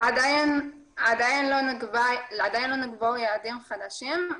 עדיין לא נקבעו יעדים חדשים.